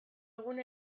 egun